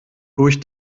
durch